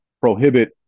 prohibit